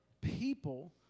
people